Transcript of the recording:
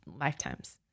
lifetimes